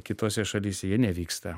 kitose šalyse jie nevyksta